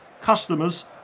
customers